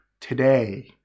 Today